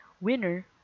Winner